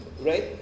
right